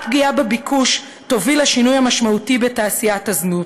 רק פגיעה בביקוש תוביל לשינוי משמעותי בתעשיית הזנות,